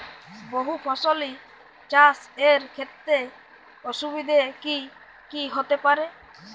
বহু ফসলী চাষ এর ক্ষেত্রে অসুবিধে কী কী হতে পারে?